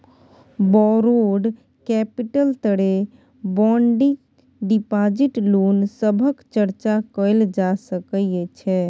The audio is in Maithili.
बौरोड कैपिटल तरे बॉन्ड डिपाजिट लोन सभक चर्चा कएल जा सकइ छै